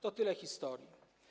To tyle historii.